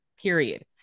period